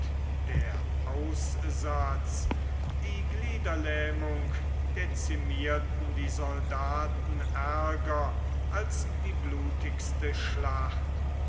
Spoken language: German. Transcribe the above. der aussatz die gliederlähmung dezimierten die soldaten ärger als die blutigste schlacht